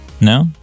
No